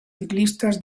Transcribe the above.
ciclistas